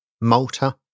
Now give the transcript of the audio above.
Malta